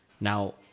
Now